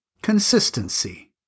Consistency